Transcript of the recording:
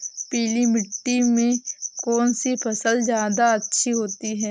पीली मिट्टी में कौन सी फसल ज्यादा अच्छी होती है?